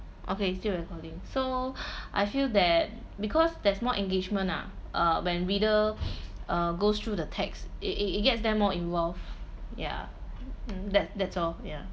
okay still recording so I feel that because there's more engagement ah uh when reader uh goes through the text it it it gets them more involved ya that that's all ya